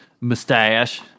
mustache